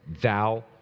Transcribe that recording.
Thou